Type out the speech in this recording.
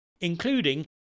including